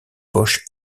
poches